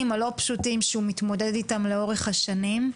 הלא פשוטים איתם הוא מתמודד לאורך השנים,